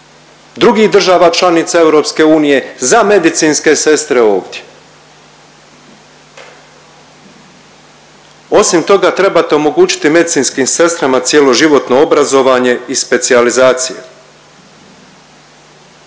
drugih država članica EU za medicinske sestre ovdje? Osim toga, trebate omogućiti medicinskim sestrama cjeloživotno obrazovanje i specijalizacije.